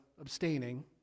abstaining